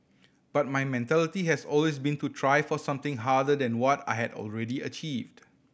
but my mentality has always been to try for something harder than what I had already achieved